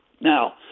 Now